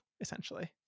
essentially